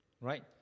Right